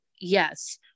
Yes